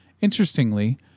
Interestingly